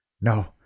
No